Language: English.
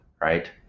right